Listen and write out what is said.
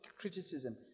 criticism